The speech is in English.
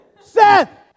Seth